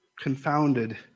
confounded